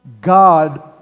God